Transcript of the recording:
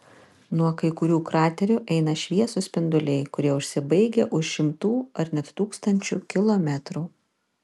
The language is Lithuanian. nuo kai kurių kraterių eina šviesūs spinduliai kurie užsibaigia už šimtų ar net tūkstančių kilometrų